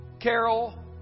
Carol